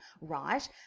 right